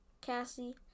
Cassie